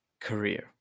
career